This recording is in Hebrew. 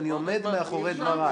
ואני עומד מאחורי דבריי.